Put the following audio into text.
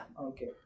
Okay